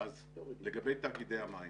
תאגידי המים,